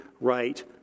right